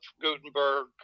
Gutenberg